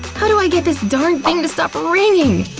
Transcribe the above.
how do i get this darn thing to stop ringing!